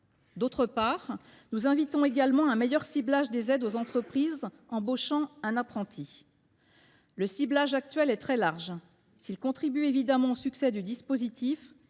D’autre part, nous appelons également à un meilleur ciblage des aides aux entreprises embauchant un apprenti. Le ciblage actuel est très large. S’il contribue évidemment au succès du dispositif,